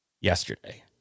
yesterday